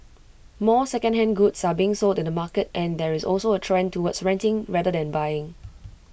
more secondhand goods are being sold in the market and there is also A trend towards renting rather than buying